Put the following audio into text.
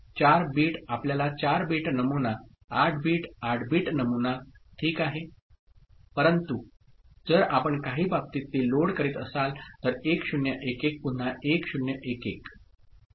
तर 4 बिट आपल्याला 4 बीट नमुना 8 बीट 8 बीट नमुना ठीक आहे परंतु जर आपण काही बाबतीत ते लोड करीत असाल तर 1 0 1 1 पुन्हा 1 0 1 1